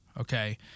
okay